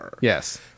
Yes